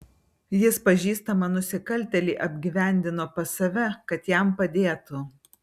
jis pažįstamą nusikaltėlį apgyvendino pas save kad jam padėtų